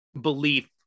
belief